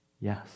Yes